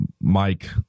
Mike